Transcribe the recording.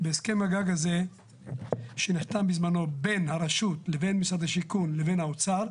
בהסכם הגג הזה שנחתם בזמנו בין הרשות לבין משרד השיכון לבין האוצר,